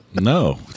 No